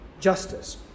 justice